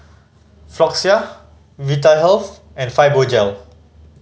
Floxia Vitahealth and Fibogel